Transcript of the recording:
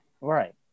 Right